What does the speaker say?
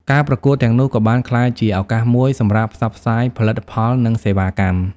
ការប្រកួតទាំងនោះក៏បានក្លាយជាឱកាសមួយសម្រាប់ផ្សព្វផ្សាយផលិតផល និងសេវាកម្ម។